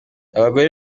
abagore